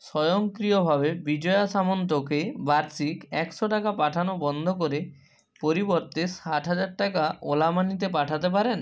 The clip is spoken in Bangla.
স্বয়ংক্রিয়ভাবে বিজয়া সামন্তকে বার্ষিক একশো টাকা পাঠানো বন্ধ করে পরিবর্তে ষাট হাজার টাকা ওলা মানিতে পাঠাতে পারেন